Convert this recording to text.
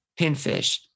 pinfish